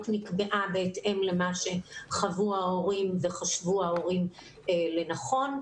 נקבעה בהתאם למה שחוו וחשבו ההורים לנכון,